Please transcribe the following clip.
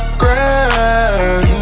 grand